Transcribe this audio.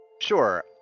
Sure